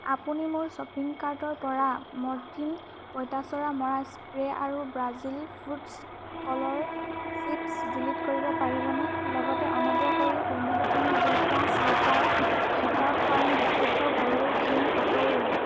আপুনি মোৰ শ্বপিং কাৰ্টৰ পৰা মৰ্টিন পঁইতাচোৰা মৰা স্প্ৰে আৰু ব্ৰাজিল ফুটছ্ কলৰ চিপ্ছ ডিলিট কৰিব পাৰিবনে লগতে অনুগ্ৰহ কৰি শূন্য দশমিক দুই পাঁচ লিটাৰ হিটা ফাৰ্ম বিশুদ্ধ গৰুৰ ঘিউ আঁতৰোৱা